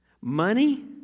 Money